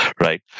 right